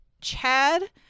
chad